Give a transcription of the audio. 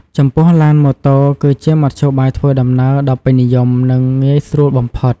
ចំពោះឡាន ម៉ូតូ គឺជាមធ្យោបាយធ្វើដំណើរដ៏ពេញនិយម និងងាយស្រួលបំផុត។